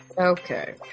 Okay